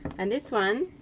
and this one